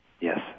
Yes